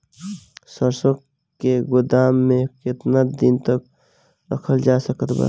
सरसों के गोदाम में केतना दिन तक रखल जा सकत बा?